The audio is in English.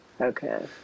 Okay